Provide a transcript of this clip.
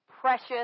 precious